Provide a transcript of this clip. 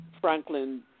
Franklin